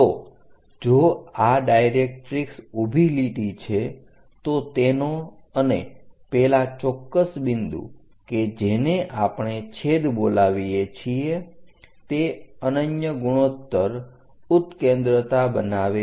તો જો આ ડાયરેક્ટરીક્ષ ઊભી લીટી છે તો તેનો અને પેલા ચોક્કસ બિંદુ કે જેને આપણે છેદ બોલાવીએ છીએ તે અન્ય ગુણોત્તર ઉત્કેન્દ્રતા બનાવે છે